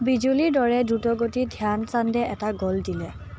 বিজুলীৰ দৰে দ্ৰুতগতিত ধ্যান চান্দে এটা গ'ল দিলে